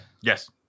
Yes